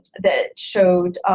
that showed,